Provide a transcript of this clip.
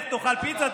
לך תאכל פיצה,